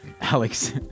Alex